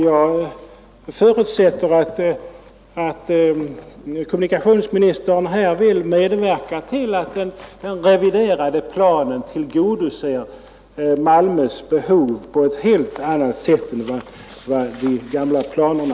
Jag förutsätter att kommunikationsministern vill medverka till att den reviderade planen tillgodoser Malmös behov på ett helt annat sätt än de gamla planerna.